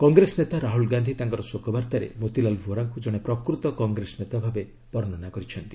କଂଗ୍ରେସ୍ ନେତା ରାହୁଲ ଗାନ୍ଧୀ ତାଙ୍କର ଶୋକବାର୍ତ୍ତାରେ ମୋତିଲାଲ ଭୋରାଙ୍କୁ ଜଣେ ପ୍ରକୂତ କଂଗ୍ରେସ ନେତା ଭାବେ ବର୍ଷ୍ଣନା କରିଛନ୍ତି